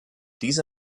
diese